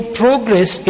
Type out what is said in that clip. progress